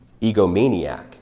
egomaniac